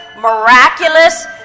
miraculous